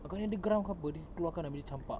ah karang dia geram ke apa dia keluarkan habis dia campak